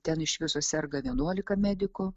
ten iš viso serga vienuolika medikų